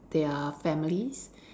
their families